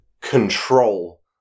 control